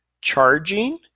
charging